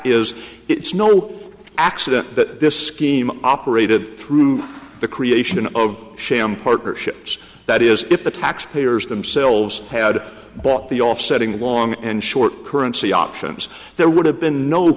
is it's no accident that this scheme operated through the creation of sham partnerships that is if the taxpayers themselves had but the offsetting the long and short currency options there would have been kno